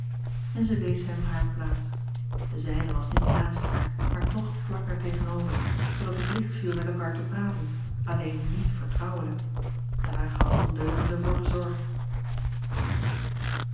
en zij wees hem hare plaats de zijne was niet naast haar maar toch vlak daar tegenover zoodat het licht viel met elkaar te praten alleen niet vertrouwelijk daar had de ondeugende voor gezorgd